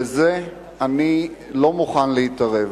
בזה אני לא מוכן להתערב.